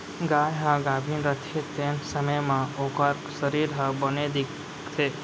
गाय ह गाभिन रथे तेन समे म ओकर सरीर ह बने दिखथे